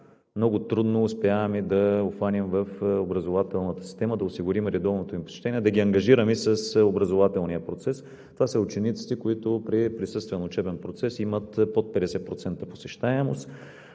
много трудно успяваме да обхванем в образователната система, да осигурим редовното им посещение, да ги ангажираме с образователния процес. Това са учениците, които при присъствен учебен процес, имат под 50% посещаемост